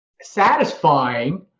satisfying